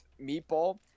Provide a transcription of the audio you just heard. Meatball